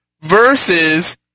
versus